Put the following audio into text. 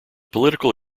political